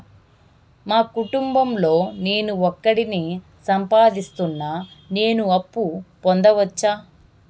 మా కుటుంబం లో నేను ఒకడినే సంపాదిస్తున్నా నేను అప్పు పొందొచ్చా